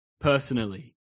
personally